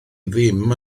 ddim